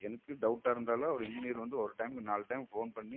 எனக்கு டவுட்டாக இருந்தாலும் அவர் இன்ஜினியரு வந்து ஒரு டைமுக்கு நாலு டைம் ஃபோன் பண்ணி